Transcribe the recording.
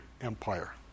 empire